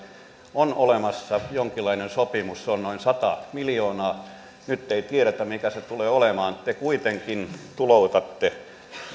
on olemassa jonkinlainen sopimus se on noin sata miljoonaa nyt ei tiedetä mikä se tulee olemaan te kuitenkin tuloutatte